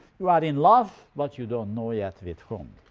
you are in love but you don't know yet with whom.